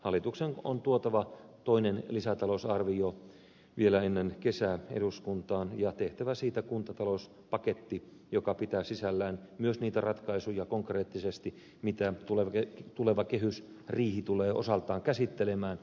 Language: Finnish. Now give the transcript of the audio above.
hallituksen on tuotava toinen lisätalousarvio vielä ennen kesää eduskuntaan ja tehtävä siitä kuntatalouspaketti joka pitää sisällään myös konkreettisesti niitä ratkaisuja mitä tuleva kehysriihi tulee osaltaan käsittelemään